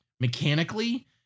mechanically